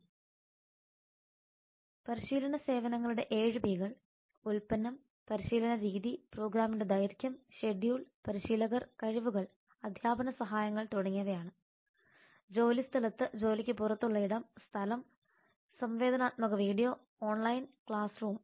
Refer Slide time 0649 പരിശീലന സേവനങ്ങളുടെ 7P കൾ ഉൽപ്പന്നം പരിശീലന രീതി പ്രോഗ്രാമിന്റെ ദൈർഘ്യം ഷെഡ്യൂൾ പരിശീലകർ കഴിവുകൾ അധ്യാപന സഹായങ്ങൾ തുടങ്ങിയവയാണ് ജോലിസ്ഥലത്ത് ജോലിക്ക് പുറത്തുള്ള സ്ഥലം ഇടം സംവേദനാത്മക വീഡിയോ ഓൺലൈൻ ക്ലാസ് റൂം